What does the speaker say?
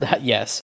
Yes